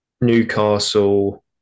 Newcastle